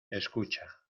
escucha